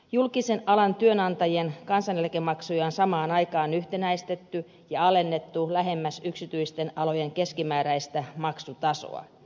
julkisen alan työnantajien kansaneläkemaksuja on samaan aikaan yhtenäistetty ja alennettu lähemmäs yksityisten alojen keskimääräistä maksutasoa